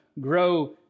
grow